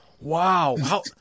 Wow